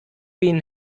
been